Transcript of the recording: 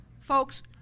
Folks